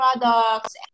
products